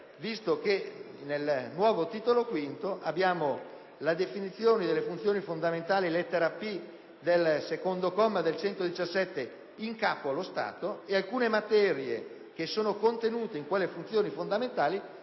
Infatti, nel nuovo Titolo V abbiamo la definizione delle funzioni fondamentali (lettera *p)* del secondo comma dell'articolo 117) in capo allo Stato e alcune materie che sono contenute in quelle funzioni fondamentali